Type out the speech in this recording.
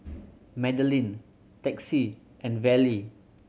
Madlyn Texie and Vallie